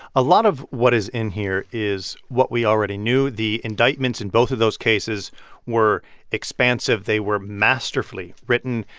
a lot of what is in here is what we already knew. the indictments in both of those cases were expansive. they were masterfully written.